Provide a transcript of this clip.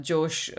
Josh